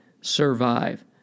survive